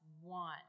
one